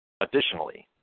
Additionally